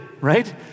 right